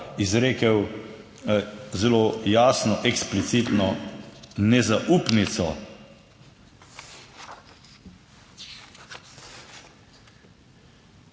izrekel zelo jasno, eksplicitno nezaupnico.